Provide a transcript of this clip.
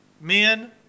Men